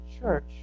church